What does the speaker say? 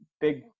big